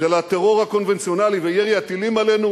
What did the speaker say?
של הטרור הקונבנציונלי וירי הטילים עלינו.